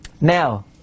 Now